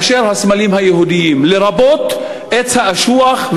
לרבות עץ האשוח,